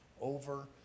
over